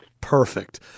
Perfect